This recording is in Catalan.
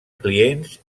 clients